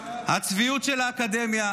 הצביעות של האקדמיה,